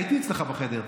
הייתי אצלך בחדר.